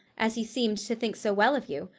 as he seemed to think so well of you.